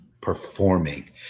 performing